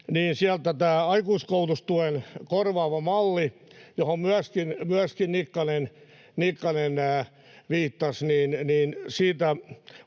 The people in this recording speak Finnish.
niin tästä aikuiskoulutustuen korvaavasta mallista, johon myöskin Nikkanen viittasi,